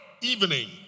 Evening